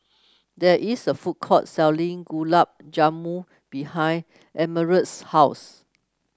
there is a food court selling Gulab Jamun behind Emerald's house